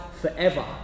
forever